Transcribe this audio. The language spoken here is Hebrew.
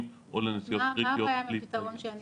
או לנסיעות קריטיות --- מה הבעיה עם הפתרון שאני